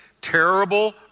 terrible